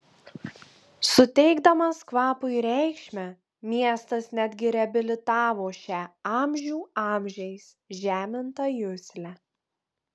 suteikdamas kvapui reikšmę miestas netgi reabilitavo šią amžių amžiais žemintą juslę